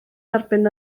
erbyn